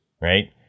right